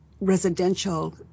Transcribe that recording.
residential